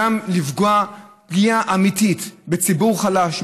גם לפגוע פגיעה אמיתית בציבור חלש,